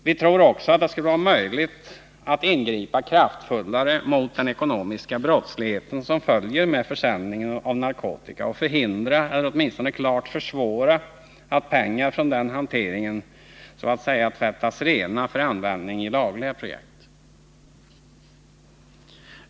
Vi tror att det skulle vara möjligt att ingripa kraftfullare mot den ekonomiska brottslighet som följer med försäljningen av narkotika samt att förhindra, eller åtminstone klart försvåra, att pengar från denna hantering så att säga tvättas rena för användning i lagliga projekt.